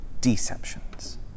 deceptions